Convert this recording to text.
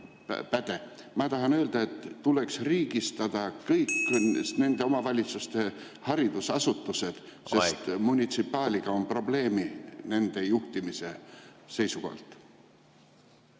Ma tahan öelda, et tuleks riigistada kõik nende omavalitsuste haridusasutused, sest ... Aeg! ... munitsipaaliga on probleeme nende juhtimise seisukohalt.